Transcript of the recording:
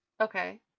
okay